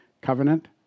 Covenant